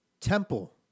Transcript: Temple